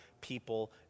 people